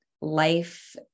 life